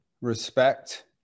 respect